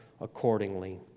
accordingly